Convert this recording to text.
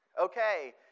Okay